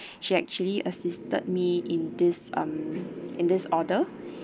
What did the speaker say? she actually assisted me in this um in this order